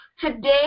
Today